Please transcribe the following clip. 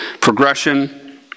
progression